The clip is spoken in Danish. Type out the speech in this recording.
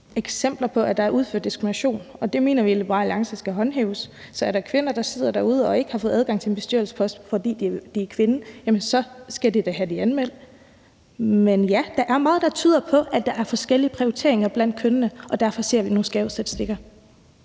eksempler på, at der er udført diskrimination, og der mener vi i Liberal Alliance, at reglerne skal håndhæves. Så er der kvinder, der sidder derude og ikke har fået adgang til en bestyrelsespost, fordi de er kvinder, skal de da have det anmeldt. Men ja, der er meget, der tyder på, at der er forskellige prioriteringer blandt kønnene, og derfor ser vi nogle skæve statistikker.